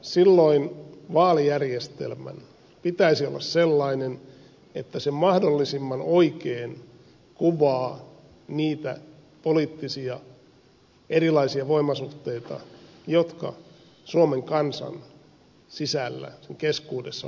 silloin vaalijärjestelmän pitäisi olla sellainen että se mahdollisimman oikein kuvaa niitä erilaisia poliittisia voimasuhteita jotka suomen kansan sisällä sen keskuudessa vallitsevat